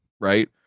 right